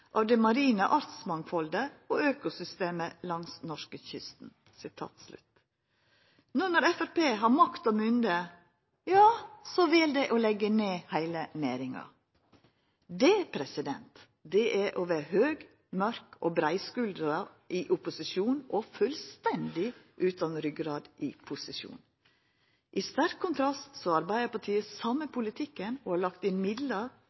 av det marine artsmangfoldet og økosystemet langs norskekysten.» No når Framstegspartiet har makt og mynde, vel dei å leggja ned heile næringa. Det er å vera høg, mørk og breiskuldra i opposisjon og fullstendig utan ryggrad i posisjon. I sterk kontrast til det har Arbeidarpartiet same politikken som før, og har lagt inn midlar